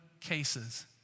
cases